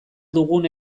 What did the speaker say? dugun